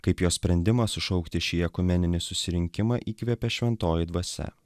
kaip jo sprendimą sušaukti šį ekumeninį susirinkimą įkvėpė šventoji dvasia